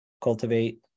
cultivate